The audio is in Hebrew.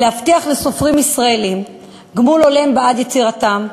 להבטיח לסופרים ישראלים גמול הולם בעד יצירתם,